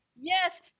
Yes